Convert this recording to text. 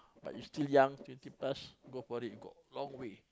but you still young fifteen plus go for it you got a long way